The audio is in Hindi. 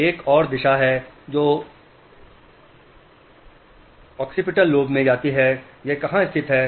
और एक और दिशा है जो पार्श्विका लोब में जाती है यह कहाँ स्थित है